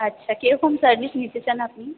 আচ্ছা কীরকম সার্ভিস নিতে চান আপনি